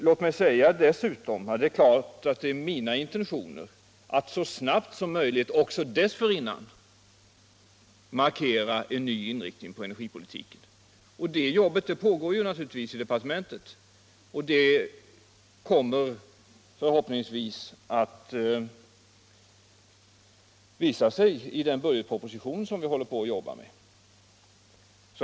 Det är klart att det är min intention att så snabbt som möjligt också dessförinnan markera en ny inriktning av energipolitiken. Arbetet med detta pågår naturligtvis i departementet, och det kommer förhoppningsvis att visa sig i den budgetproposition som vi håller på att jobba med.